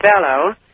fellow